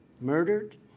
murdered